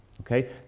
okay